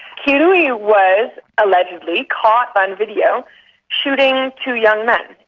kirui was allegedly caught on video shooting two young men.